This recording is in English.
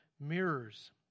mirrors